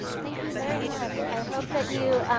thank you very much. i hope that you